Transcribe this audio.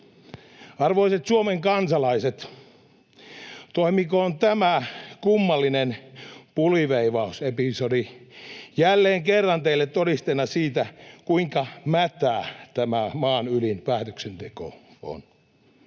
Arvoisat Suomen kansalaiset, toimikoon tämä kummallinen puliveivausepisodi jälleen kerran teille todisteena siitä, kuinka mätä tämän maan ylin päätöksenteko on.